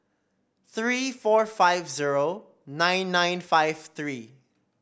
three four five zero nine nine five three